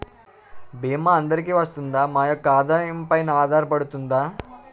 భీమా అందరికీ వరిస్తుందా? మా యెక్క ఆదాయం పెన ఆధారపడుతుందా?